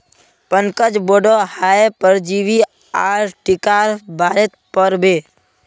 पंकज बोडो हय परजीवी आर टीकार बारेत पढ़ बे